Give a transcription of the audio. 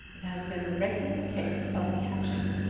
it has been a regular case of catching.